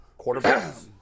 quarterbacks